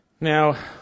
Now